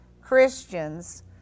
Christians